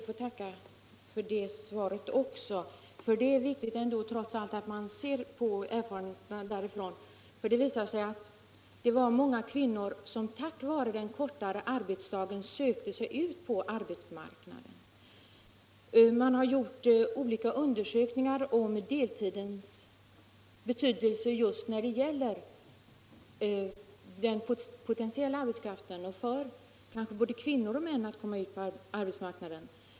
Herr talman! Jag ber att få tacka för det svaret också. Det är viktigt att man ser på erfarenheterna från Köping, eftersom det har visat sig att många tack vare den kortare arbetsdagen har sökt sig ut på arbetsmarknaden. Det har gjorts olika undersökningar av deltidens betydelse för den potentiella arbetskraften. Därvid har det framgått att deltidsarbetet inneburit möjligheter för både kvinnor och män att komma ut på arbetsmarknaden.